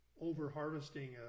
over-harvesting